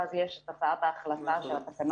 ואז יש את הצעת החלטה של התקנות.